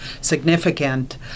significant